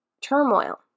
turmoil